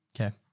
Okay